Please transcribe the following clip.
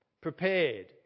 prepared